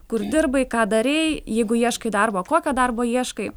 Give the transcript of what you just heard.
kur dirbai ką darei jeigu ieškai darbo kokio darbo ieškai